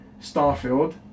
Starfield